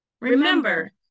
Remember